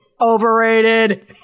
Overrated